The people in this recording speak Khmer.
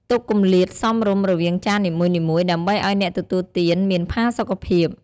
ទុកគម្លាតសមរម្យរវាងចាននីមួយៗ ដើម្បីឱ្យអ្នកទទួលទានមានផាសុខភាព។